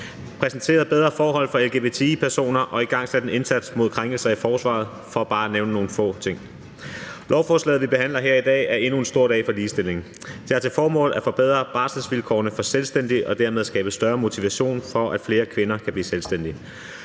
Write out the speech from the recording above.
præsenteret bedre forhold for lgbti-personer og igangsat en indsats mod krænkelser i forsvaret, for bare at nævne nogle få ting. Med lovforslaget, vi behandler her i dag, er det endnu en stor dag for ligestillingen. Det har til formål at forbedre barselsvilkårene for selvstændige og dermed skabe større motivation for, at flere kvinder kan blive selvstændige.